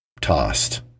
tossed